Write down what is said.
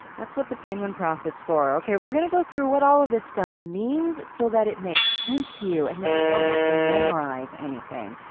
that's what thepenguinprof is for. okay we're going to go through what all of this stuff means so that it makes sense to you and then you don't have to memorize anything.